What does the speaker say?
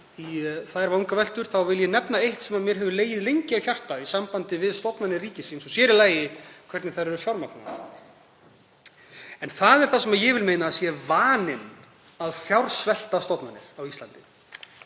í þær vangaveltur þá vil ég nefna eitt sem mér hefur legið lengi á hjarta í sambandi við stofnanir ríkisins og sér í lagi hvernig þær eru fjármagnaðar. Það er það sem ég vil meina að sé vaninn; að fjársvelta stofnanir á Íslandi.